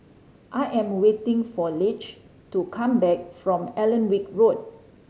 I am waiting for Leigh to come back from Alnwick Road